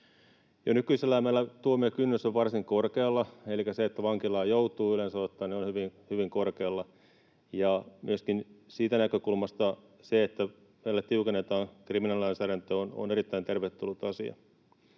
Jo nykyisellään meillä tuomiokynnys on varsin korkealla, elikkä se, että vankilaan yleensä ottaen joutuu, on hyvin korkealla, ja myöskin siitä näkökulmasta se, että meillä tiukennetaan kriminalilainsäädäntöä, on erittäin tervetullut asia.